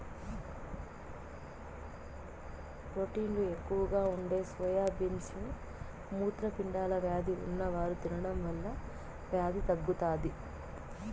ప్రోటీన్లు ఎక్కువగా ఉండే సోయా బీన్స్ ని మూత్రపిండాల వ్యాధి ఉన్నవారు తినడం వల్ల వ్యాధి తగ్గుతాది